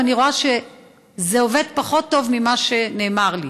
ואני רואה שזה עובד פחות טוב ממה שנאמר לי.